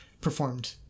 performed